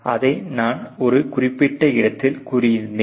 அதை நான் ஒரு குறிப்பிட்ட இடத்தில் கூறியிருந்தேன்